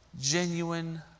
Genuine